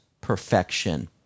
perfection